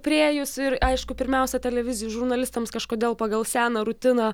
priėjus ir aišku pirmiausia televizijų žurnalistams kažkodėl pagal seną rutiną